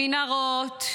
במנהרות,